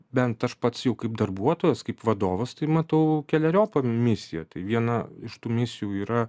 bent aš pats jau kaip darbuotojas kaip vadovas tai matau keleriopą misiją tai viena iš tų misijų yra